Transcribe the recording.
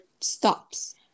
stops